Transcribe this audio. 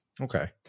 Okay